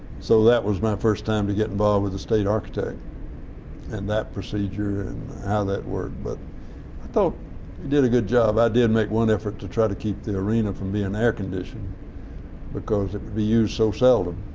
so that was my first time to get involved with the state architect and that procedure and how that worked, but i thought he did a good job. i did make one effort to try to keep the arena from being and air conditioned because it would be used so seldom,